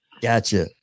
Gotcha